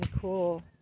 cool